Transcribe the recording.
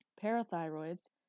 Parathyroids